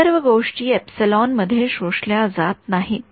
विद्यार्थीः हो विद्यार्थीः सर्व गोष्टी मध्ये शोषल्या जात नाहीत